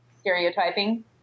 stereotyping